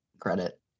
credit